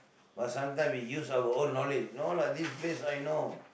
but sometime we use our own knowledge no lah this place I know